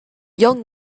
young